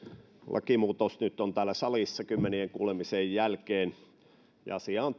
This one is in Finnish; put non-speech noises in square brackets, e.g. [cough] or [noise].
lakimuutos nyt on täällä salissa kymmenien kuulemisten jälkeen asia on [unintelligible]